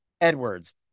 Edwards